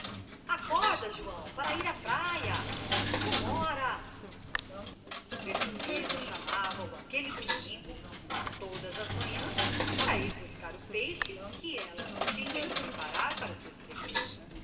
acorda seu joão para ir à praia são horas bertoleza chamava-o aquele domingo como todas as manhãs para ir buscar o peixe que ela tinha de preparar para os seus fregueses